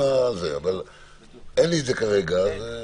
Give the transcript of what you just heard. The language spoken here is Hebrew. אבל אין לי את זה כרגע.